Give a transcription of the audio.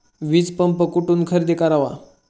वीजपंप कुठून खरेदी करावा?